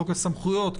חוק הסמכויות,